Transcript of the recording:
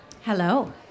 Hello